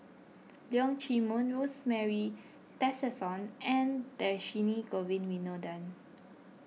Leong Chee Mun Rosemary Tessensohn and Dhershini Govin Winodan